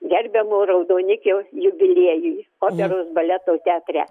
gerbiamo raudonikio jubiliejuj operos baleto teatre